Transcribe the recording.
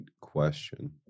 question